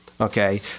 okay